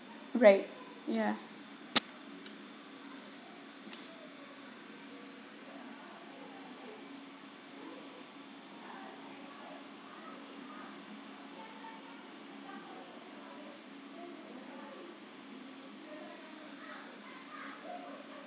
right yeah